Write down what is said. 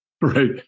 Right